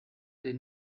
den